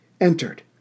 entered